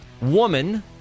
woman